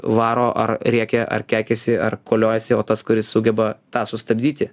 varo ar rėkia ar keikiasi ar koliojasi o tas kuris sugeba tą sustabdyti